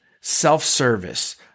self-service